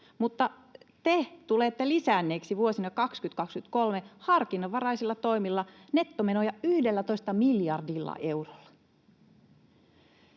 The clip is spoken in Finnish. mutta te tulette lisänneeksi vuosina 20—23 harkinnanvaraisilla toimilla nettomenoja 11 miljardilla eurolla.